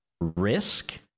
risk